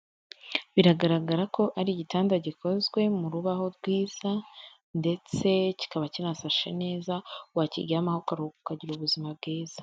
Biragaragara ko ari igitanda gikozwe mu rubaho rwiza ndetse kikaba kinasashe neza wakiryamaho ukaruhuka ukagira ubuzima bwiza.